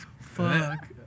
fuck